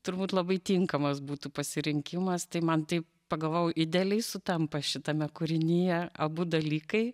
turbūt labai tinkamas būtų pasirinkimas tai man tai pagalvojau idealiai sutampa šitame kūrinyje abu dalykai